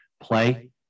play